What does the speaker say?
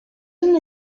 una